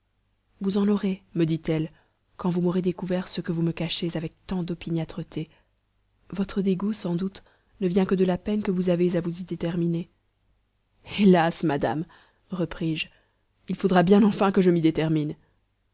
vous en aurez me dit-elle quand vous m'aurez découvert ce que vous me cachez avec tant d'opiniâtreté votre dégoût sans doute ne vient que de la peine que vous avez à vous y déterminer hélas madame repris-je il faudra bien enfin que je m'y détermine